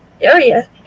area